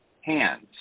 hands